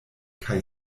kaj